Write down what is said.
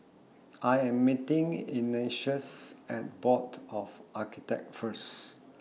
I Am meeting Ignatius At Board of Architects First